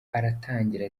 aratangira